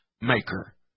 maker